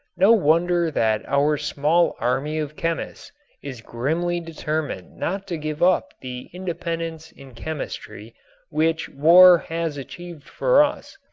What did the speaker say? no wonder that our small army of chemists is grimly determined not to give up the independence in chemistry which war has achieved for us!